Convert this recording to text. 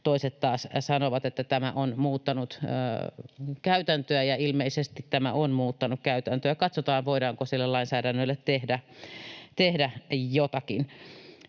Toiset taas sanovat, että tämä on muuttanut käytäntöä. Ja ilmeisesti tämä on muuttanut käytäntöä. Katsotaan, voidaanko sille lainsäädännölle tehdä jotakin.